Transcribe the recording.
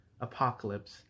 Apocalypse